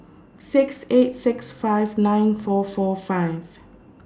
six eight six five nine four four five